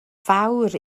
fawr